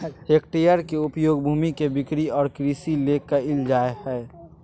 hectare के उपयोग भूमि के बिक्री और कृषि ले कइल जाय हइ